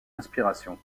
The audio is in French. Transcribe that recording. inspiration